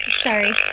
Sorry